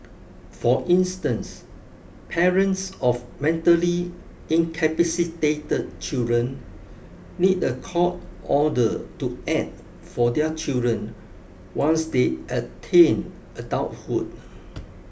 for instance parents of mentally incapacitated children need a court order to act for their children once they attain adulthood